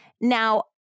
Now